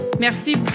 Merci